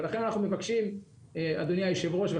אדוני היושב-ראש,